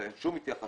אין שום התייחסות